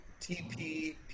TP